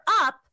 up